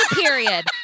period